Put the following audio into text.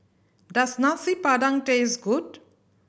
does Nasi Padang taste good